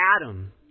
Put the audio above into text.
Adam